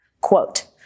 Quote